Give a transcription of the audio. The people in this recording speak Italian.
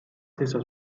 stessa